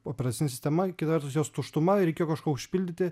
operacinė sistema kita vertus jos tuštuma ir reikėjo kažkuo užpildyti